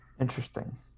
Interesting